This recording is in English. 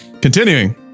Continuing